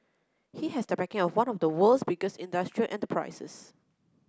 he has the backing of one of the world's biggest industrial enterprises